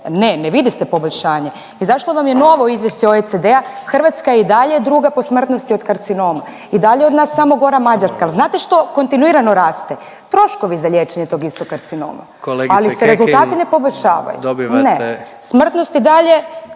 ne, ne vidi se poboljšanje. Izašlo vam je novo izvješće OECD-a, Hrvatska je i dalje druga po smrtnosti od karcinoma. I dalje je od nas samo gora Mađarska, jel znate što kontinuirano raste. Troškovi za liječenje tog istog karcinoma …/Upadica predsjednik: